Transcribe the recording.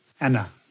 Anna